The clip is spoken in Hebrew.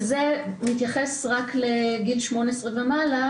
זה מתייחס רק לגיל 18 ומעלה,